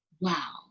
Wow